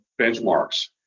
benchmarks